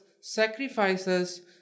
sacrifices